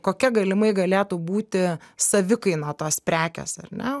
kokia galimai galėtų būti savikaina tos prekės ar ne